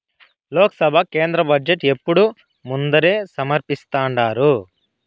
లోక్సభల కేంద్ర బడ్జెటు ఎప్పుడూ ముందరే సమర్పిస్థాండారు